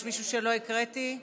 יש מישהו שלא הקראתי?